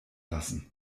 lassen